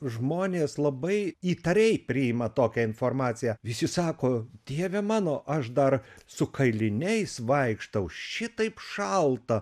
žmonės labai įtariai priima tokią informaciją visi sako dieve mano aš dar su kailiniais vaikštau šitaip šalta